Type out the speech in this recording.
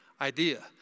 idea